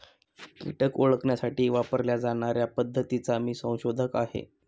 कीटक ओळखण्यासाठी वापरल्या जाणार्या पद्धतीचा मी संशोधक आहे